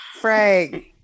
Frank